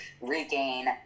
regain